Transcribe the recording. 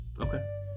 Okay